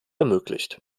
ermöglicht